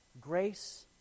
Grace